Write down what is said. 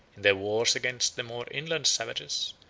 their wars against the more inland savages,